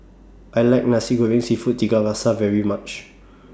I like Nasi Goreng Seafood Tiga Rasa very much